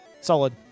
Solid